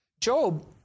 Job